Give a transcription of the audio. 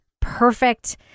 perfect